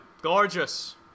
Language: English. Gorgeous